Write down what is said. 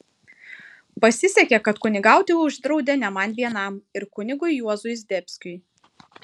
pasisekė kad kunigauti uždraudė ne man vienam ir kunigui juozui zdebskiui